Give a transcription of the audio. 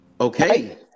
Okay